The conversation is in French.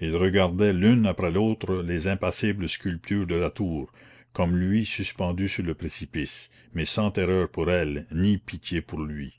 il regardait l'une après l'autre les impassibles sculptures de la tour comme lui suspendues sur le précipice mais sans terreur pour elles ni pitié pour lui